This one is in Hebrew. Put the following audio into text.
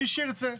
מי שירצה,